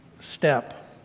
step